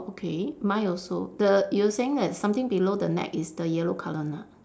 okay mine also the you were saying that something below the neck is the yellow colour ah